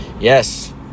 yes